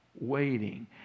waiting